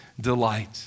delight